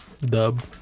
Dub